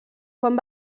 quan